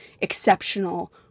exceptional